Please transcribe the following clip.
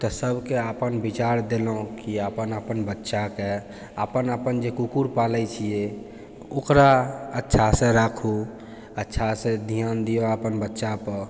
तऽ सबके अपन विचार देलहुँ की अपन अपन बच्चाके अपन अपन जे कुकुर पालै छियै ओकरा अच्छासँ राखू अच्छासँ ध्यान दिअ अपन बच्चापर